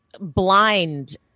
blind